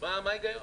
מה ההיגיון?